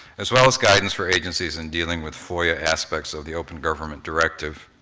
as well as guidance for agencies in dealing with foia aspects of the open government directive.